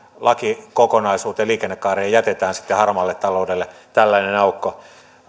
lakikokonaisuuteen liikennekaareen jätetään harmaalle taloudelle tällainen aukko